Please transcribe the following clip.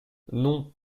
non